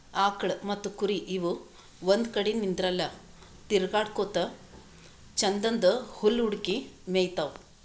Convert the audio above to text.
ಆಕಳ್ ಮತ್ತ್ ಕುರಿ ಇವ್ ಒಂದ್ ಕಡಿ ನಿಂದ್ರಲ್ಲಾ ತಿರ್ಗಾಡಕೋತ್ ಛಂದನ್ದ್ ಹುಲ್ಲ್ ಹುಡುಕಿ ಮೇಯ್ತಾವ್